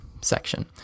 section